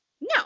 no